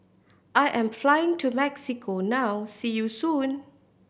I am flying to Mexico now see you soon